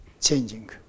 changing